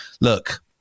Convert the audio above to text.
look